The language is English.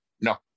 no